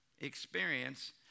experience